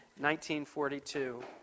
1942